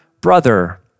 brother